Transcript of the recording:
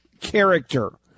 character